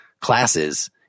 classes